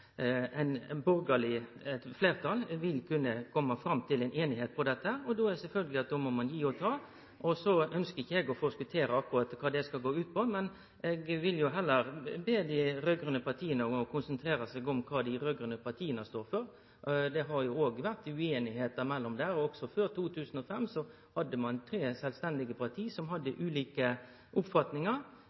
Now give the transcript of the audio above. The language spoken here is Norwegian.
ein gi og ta. Eg ønskjer ikkje å forskotere kva dette skal gå ut på, men eg vil heller be dei raud-grøne partia konsentrere seg om kva dei raud-grøne partia står for. Det har vore ueingheit òg mellom dei. Før 2005 hadde ein tre sjølvstendige parti som hadde ulike oppfatningar,